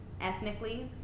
ethnically